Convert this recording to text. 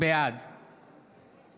בעד מאיר